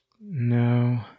No